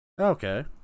Okay